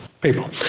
people